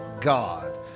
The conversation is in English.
God